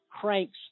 cranks